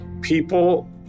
people